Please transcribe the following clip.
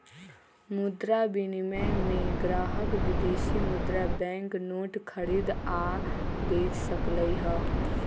मुद्रा विनिमय में ग्राहक विदेशी मुद्रा बैंक नोट खरीद आ बेच सकलई ह